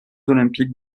olympiques